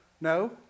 No